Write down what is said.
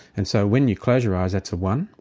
and so when you close your eyes that's a one,